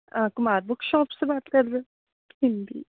Kumar book shop ਸੇ ਬਾਤ ਕਰ ਰਹੇ ਹੋ ਹਿੰਦੀ